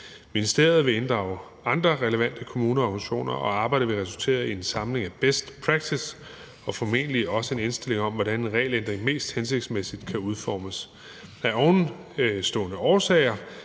Ministeriet vil inddrage andre relevante kommuner og organisationer, og arbejdet vil resultere i en samling af best practice og formentlig også en indstilling om, hvordan en regelændring mest hensigtsmæssigt kan udformes. Af ovenstående årsager